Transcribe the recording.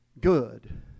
Good